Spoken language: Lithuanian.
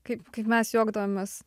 kaip kaip mes juokdavomės